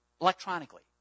electronically